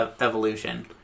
evolution